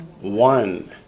one